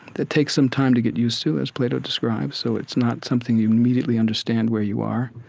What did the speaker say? that takes some time to get used to, as plato describes, so it's not something you immediately understand where you are,